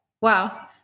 Wow